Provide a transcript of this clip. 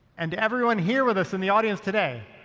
and to everyone here with us in the audience today,